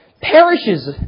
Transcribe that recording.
perishes